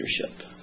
leadership